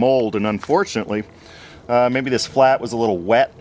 mold and unfortunately maybe this flat was a little wet